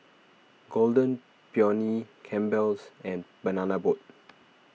Golden Peony Campbell's and Banana Boat